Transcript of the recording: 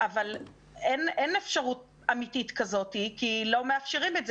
אבל אין אפשרות אמיתית כזאת כי לא מאפשרים את זה